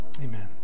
Amen